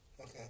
Okay